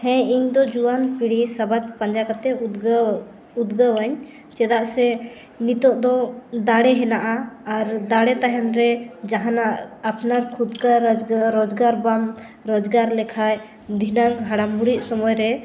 ᱦᱮᱸ ᱤᱧᱫᱚ ᱡᱩᱣᱟᱹᱱ ᱯᱤᱲᱦᱤ ᱥᱟᱵᱟᱫᱽ ᱯᱟᱸᱡᱟ ᱠᱟᱛᱮᱫ ᱩᱫᱽᱜᱟᱹᱣ ᱩᱫᱽᱜᱟᱹᱣᱟᱹᱧ ᱪᱮᱫᱟᱜ ᱥᱮ ᱱᱤᱛᱳᱜ ᱫᱚ ᱫᱟᱲᱮ ᱦᱮᱱᱟᱜᱼᱟ ᱟᱨ ᱫᱟᱲᱮ ᱛᱟᱦᱮᱱ ᱨᱮ ᱡᱟᱦᱟᱱᱟᱜ ᱟᱯᱱᱟᱨ ᱠᱷᱩᱫᱽᱠᱟ ᱨᱚᱡᱽᱜᱟᱨ ᱵᱟᱢ ᱨᱚᱡᱽᱜᱟᱨ ᱞᱮᱠᱷᱟᱡ ᱫᱷᱤᱱᱟᱹᱝ ᱦᱟᱲᱟᱢᱼᱵᱩᱲᱦᱤ ᱥᱚᱢᱚᱭ ᱨᱮ